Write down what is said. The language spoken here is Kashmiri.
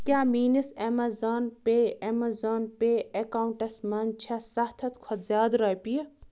کیٛاہ میٛٲنِس ایٚمیزان پے ایٚمیزان پے ایٚکاونٛٹَس منٛز چھا سَتھ ہَتھ کھۄتہٕ زیٛادٕ رۄپیہِ